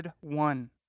One